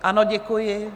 Ano, děkuji.